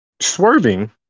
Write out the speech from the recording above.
swerving